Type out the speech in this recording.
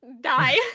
die